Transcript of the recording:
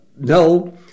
No